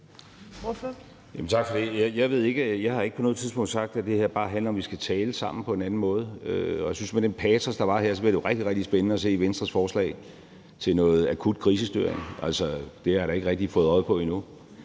Jeg har ikke på noget tidspunkt sagt, at det her bare handler om, at vi skal tale sammen på en anden måde. Og jeg synes jo, at med den patos, der var her, bliver det rigtig, rigtig spændende at se Venstres forslag til noget akut krisestyring. Altså, det har jeg da ikke rigtig fået øje på endnu.